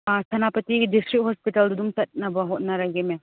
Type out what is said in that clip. ꯁꯦꯅꯥꯄꯇꯤꯒꯤ district ꯍꯣꯁꯄꯤꯇꯥꯜꯗꯨꯗ ꯆꯠꯅꯕ ꯍꯣꯠꯅꯔꯒꯦ ꯃꯦꯝ